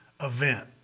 event